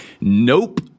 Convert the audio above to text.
Nope